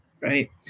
right